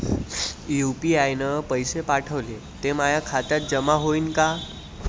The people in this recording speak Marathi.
यू.पी.आय न पैसे पाठवले, ते माया खात्यात जमा होईन का?